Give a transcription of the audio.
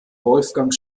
wolfgang